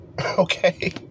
Okay